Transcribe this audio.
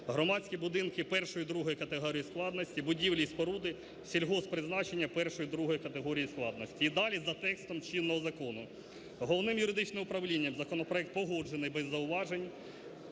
громадські будинки першої і другої категорії складності, будівлі і споруди сільгосппризначення першої і другої категорії складності". І далі за текстом чинного закону. Головним юридичним управління законопроект погоджений без зауважень.